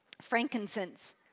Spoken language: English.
frankincense